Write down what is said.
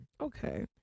Okay